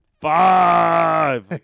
Five